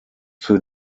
für